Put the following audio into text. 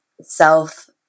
self